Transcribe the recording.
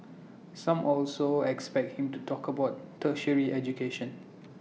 some also expect him to talk about tertiary education